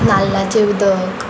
नाल्लाचें उदक